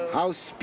House